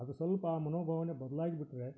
ಅದು ಸ್ವಲ್ಪ ಆ ಮನೋಭಾವ್ನೆ ಬದಲಾಗ್ಬಿಟ್ರೆ